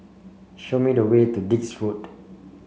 show me the way to Dix Road